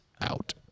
out